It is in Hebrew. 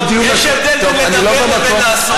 יש הבדל בין לדבר ובין לעשות.